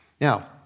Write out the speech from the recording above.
Now